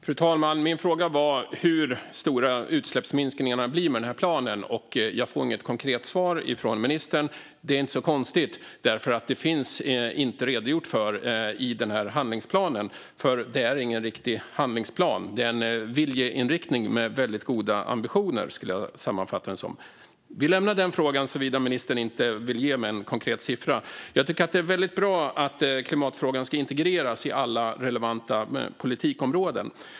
Fru talman! Min fråga var hur stora utsläppsminskningarna blir med den här planen. Jag får inget konkret svar från ministern. Det är inte så konstigt, eftersom man inte redogjort för detta i den här handlingsplanen. Det är nämligen ingen riktig handlingsplan utan en viljeinriktning med väldigt goda ambitioner, skulle jag sammanfatta det som. Vi lämnar den frågan, såvida inte ministern vill ge mig en konkret siffra. Jag tycker att det är väldigt bra att klimatfrågan ska integreras på alla relevanta politikområden.